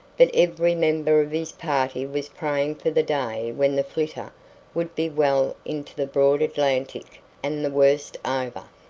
but every member of his party was praying for the day when the flitter would be well into the broad atlantic and the worst over.